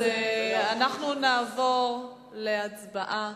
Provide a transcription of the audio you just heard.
אנחנו נעבור להצבעה,